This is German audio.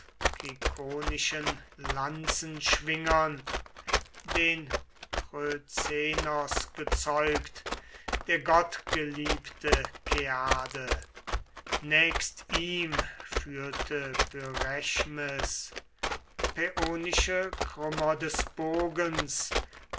kikonischen lanzenschwingern den trözenos gezeugt der gottgeliebte keade nächst ihm führte pyrächmes päonische krümmer des bogens